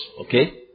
okay